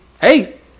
hey